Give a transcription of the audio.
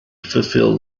fulfill